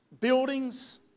buildings